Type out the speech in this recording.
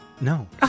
No